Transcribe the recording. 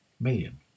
million